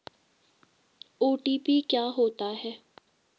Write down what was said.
OTP क्या होता है?